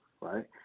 right